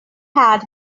had